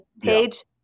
page